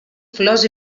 flors